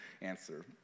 answer